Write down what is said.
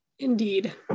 Indeed